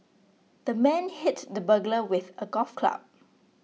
the man hit the burglar with a golf club